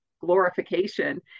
glorification